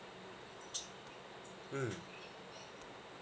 mm